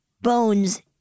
Bones